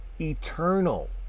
eternal